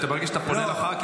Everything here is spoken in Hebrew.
כשאתה מרגיש שאתה פונה לח"כים,